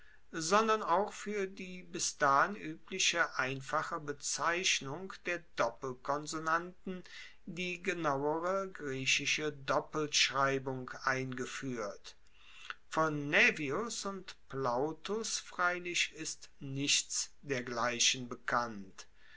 sondern auch fuer die bis dahin uebliche einfache bezeichnung der doppelkonsonanten die genauere griechische doppelschreibung eingefuehrt von naevius und plautus freilich ist nichts dergleichen bekannt